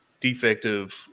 defective